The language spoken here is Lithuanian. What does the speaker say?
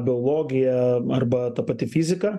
biologija arba ta pati fizika